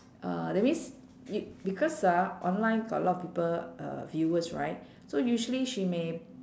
uh that means y~ you because ah online got a lot of people uh viewers right so usually she may